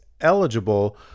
eligible